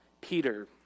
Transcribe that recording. Peter